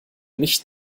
nicht